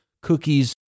cookies